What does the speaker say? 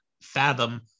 fathom